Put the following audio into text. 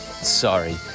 sorry